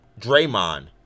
Draymond